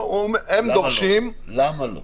למה לא?